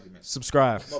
Subscribe